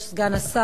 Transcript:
סגן השר,